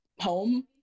home